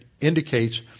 indicates